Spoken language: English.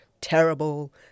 terrible